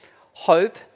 hope